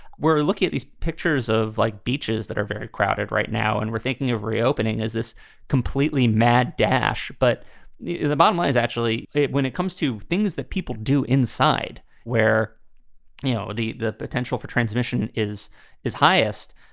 we're looking at these pictures of like beaches that are very crowded right now and we're thinking of reopening is this completely mad dash. but the the bottom line is actually, when it comes to things that people do inside where, you know, the the potential for transmission is is highest.